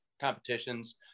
competitions